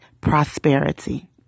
prosperity